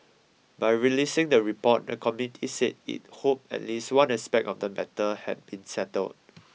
by releasing the report the committee said it hoped at least one aspect of the matter had been settled